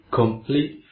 complete